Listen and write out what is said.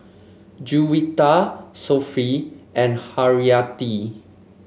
Juwita Sofea and Haryati